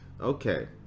okay